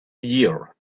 year